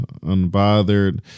Unbothered